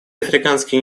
африканские